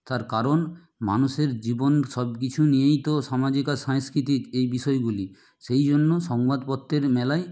তার কারণ মানুষের জীবন সব কিছু নিয়েই তো সামাজিক আর সাংস্কৃতিক এই বিষয়গুলি সেই জন্য সংবাদপত্রের মেলায়